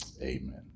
Amen